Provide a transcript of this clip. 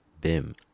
Bim